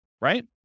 right